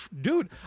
dude